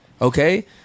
okay